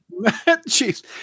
Jeez